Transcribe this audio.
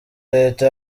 leta